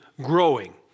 growing